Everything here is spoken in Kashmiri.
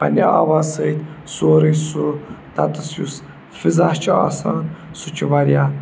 پنٛنہِ آواز سۭتۍ سورُے سُہ تَتَس یُس فِضا چھُ آسان سُہ چھُ واریاہ